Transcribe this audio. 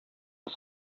was